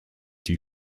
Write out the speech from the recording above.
die